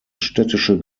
städtische